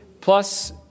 Plus